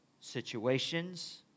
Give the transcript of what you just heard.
situations